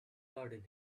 garden